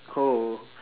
oh